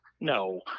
No